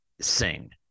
sing